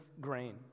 grain